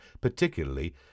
particularly